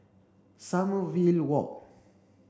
Sommerville Walk